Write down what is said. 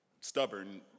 stubborn